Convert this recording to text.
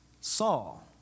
Saul